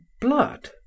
blood